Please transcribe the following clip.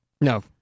No